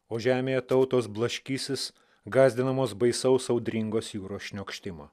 o žemėje tautos blaškysis gąsdinamos baisaus audringos jūros šniokštimo